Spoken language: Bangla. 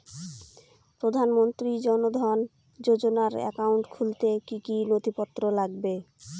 প্রধানমন্ত্রী জন ধন যোজনার একাউন্ট খুলতে কি কি নথিপত্র লাগবে?